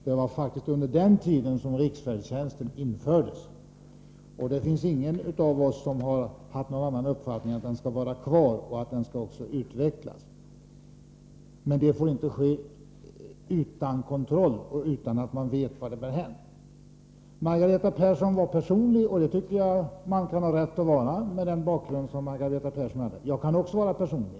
Det var faktiskt under den tiden som riksfärdtjänsten infördes, och ingen av oss har någon annan uppfattning än att den skall vara kvar och utvecklas. Men det får inte ske utan kontroll och utan att man vet vart det bär hän. Margareta Persson var personlig, och det tycker jag att man kan ha rätt att vara med den bakgrund som Margareta Persson har. Jag kan också vara personlig.